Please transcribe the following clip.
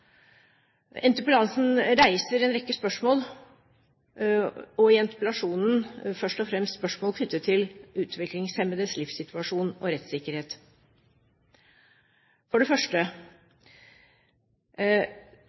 Interpellanten reiser en rekke spørsmål, først og fremst spørsmål knyttet til utviklingshemmedes livssituasjon og rettssikkerhet. For det første